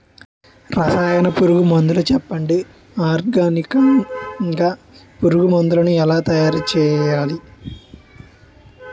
రసాయన పురుగు మందులు చెప్పండి? ఆర్గనికంగ పురుగు మందులను ఎలా తయారు చేయాలి?